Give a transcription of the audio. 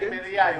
מיקי?